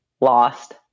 lost